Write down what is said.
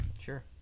Sure